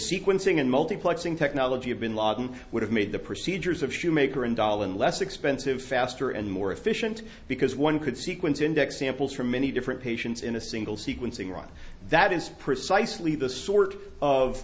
sequencing and multiplexing technology of bin laden would have made the procedures of shoemaker and dahlan less expensive faster and more efficient because one could sequence index samples from many different patients in a single sequencing run that is precisely the sort of